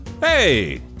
Hey